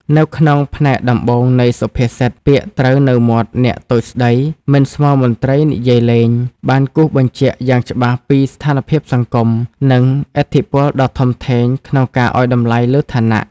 នៅក្នុងផ្នែកដំបូងនៃសុភាសិត "ពាក្យត្រូវនៅមាត់អ្នកតូចស្តី មិនស្មើមន្ត្រីនិយាយលេង" បានគូសបញ្ជាក់យ៉ាងច្បាស់ពីស្ថានភាពសង្គម និងឥទ្ធិពលដ៏ធំធេងក្នុងការអោយតម្លៃលើឋានៈ។